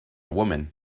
woman